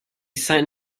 signed